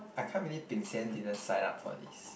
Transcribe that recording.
I can't believe Bing-Xian didn't sign up for this